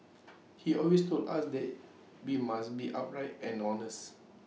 he always told us that we must be upright and honest